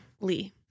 Lee